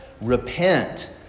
Repent